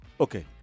Okay